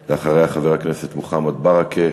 ואחריה, חבר הכנסת מוחמד ברכה.